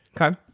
Okay